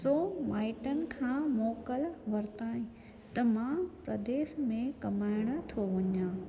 सो माइटनि खां मोकिल वरिताइ त मां प्रदेश में कमाइण थो वञां